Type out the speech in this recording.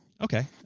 Okay